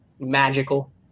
magical